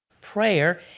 Prayer